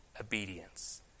obedience